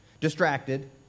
distracted